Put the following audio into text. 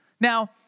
Now